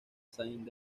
saint